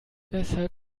weshalb